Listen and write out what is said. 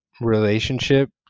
relationship